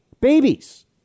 babies